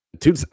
Two